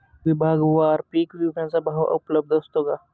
विभागवार पीक विकण्याचा भाव उपलब्ध असतो का?